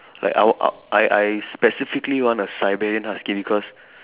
like our uh I I specifically want a siberian husky because